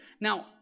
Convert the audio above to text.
Now